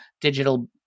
digital